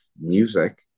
music